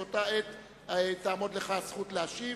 באותה עת תעמוד לך הזכות להשיב.